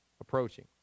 approaching